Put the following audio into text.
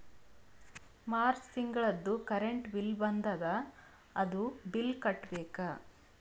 March ತಿಂಗಳದೂ current bill ಬಂದದ, ಅದೂ ಬಿಲ್ ಕಟ್ಟಬೇಕ್